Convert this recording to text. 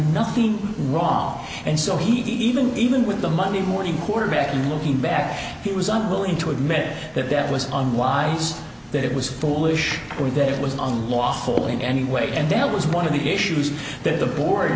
nothing wrong and so he even even with the monday morning quarterbacking looking back he was unwilling to admit that that was unwise that it was foolish or that it was on lawful in any way and that was one of the issues that the board